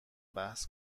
بحث